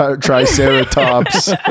Triceratops